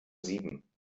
sieben